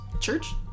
Church